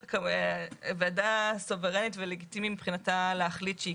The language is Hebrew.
הוועדה סוברנית ולגיטימי מבחינתה להחליט שהיא